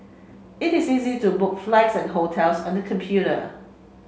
it is easy to book flights and hotels on the computer